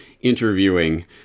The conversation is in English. interviewing